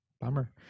Bummer